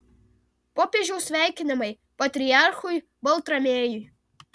popiežiaus sveikinimai patriarchui baltramiejui